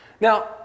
Now